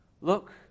Look